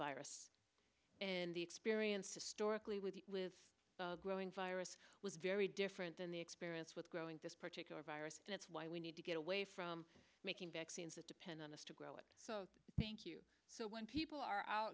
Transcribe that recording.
virus in the experience historically with the with the growing virus was very different than the experience with growing this particular virus and that's why we need to get away from making vaccines that depend on this to grow it so thank you so when people are out